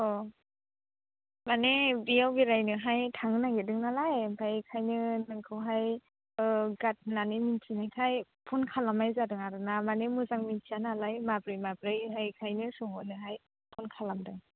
अ माने बेयाव बेरायनोहाय थांनो नागिरदों नालाय ओमफ्राय बेनिखायनो नोंखौहाय गार्ड होननानै मिनथिनायखाय फ'न खालामनाय जादों आरो ना माने मोजां मिनथिया नालाय माबोरै माबोरैहाय बेनिखायनो सोंहरनोहाय फ'न खालामदों